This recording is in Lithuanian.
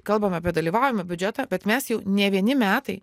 kalbame apie dalyvaujamąjį biudžetą bet mes jau ne vieni metai